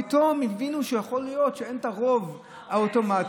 פתאום הבינו שיכול להיות שאין את הרוב האוטומטי.